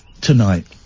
tonight